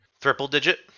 Triple-digit